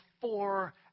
four